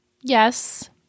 Yes